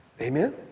Amen